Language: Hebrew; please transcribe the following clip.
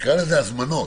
נקרא לזה הזמנות,